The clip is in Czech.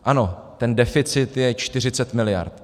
Ano, ten deficit je 40 miliard.